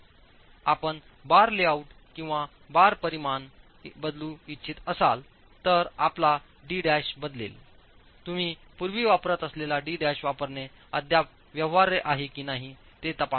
आपण bar layout किंवा bar परिमाण बदलू इच्छित असालतर आपला d बदलेल तुम्ही पूर्वी वापरत असलेला d वापरणे अद्याप व्यवहार्य आहे की नाही ते तपासा